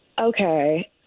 Okay